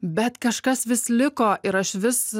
bet kažkas vis liko ir aš vis